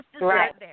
right